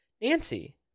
Nancy